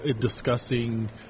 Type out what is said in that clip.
Discussing